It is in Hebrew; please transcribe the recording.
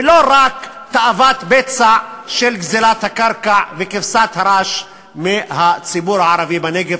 ולא רק תאוות בצע של גזלת הקרקע וכבשת הרש מהציבור הערבי בנגב.